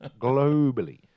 globally